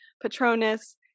patronus